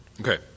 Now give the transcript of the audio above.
Okay